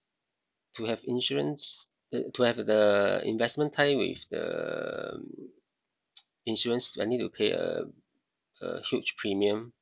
to have insurance to have the investment tie with the insurance I need to pay a a huge premium